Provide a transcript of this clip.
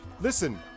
listen